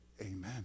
amen